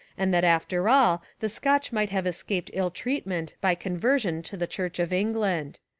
and that after all the scotch might have escaped ill-treatment by conversion to the church of england.